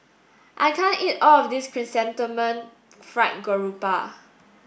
I can't eat all of this Chrysanthemum Fried Garoupa